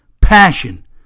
Passion